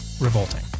revolting